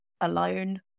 alone